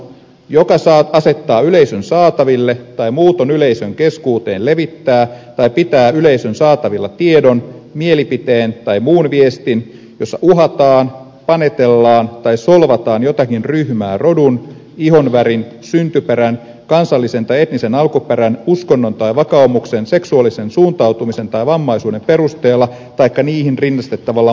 joka asettaa yleisön saataville tai muutoin yleisön keskuuteen levittää tai pitää yleisön saatavilla tiedon mielipiteen tai muun viestin jossa uhataan panetellaan tai solvataan jotakin ryhmää rodun ihonvärin syntyperän kansallisen tai etnisen alkuperän uskonnon tai vakaumuksen seksuaalisen suuntautumisen tai vammaisuuden perusteella taikka niihin rinnastettavalla muulla perusteella